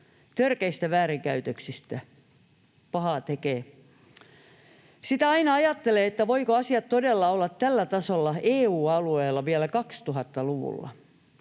törkeistä väärinkäytöksistä. Pahaa tekee. Sitä aina ajattelee, että voivatko asiat todella olla tällä tasolla EU-alueella vielä 2000-luvulla.